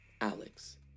Alex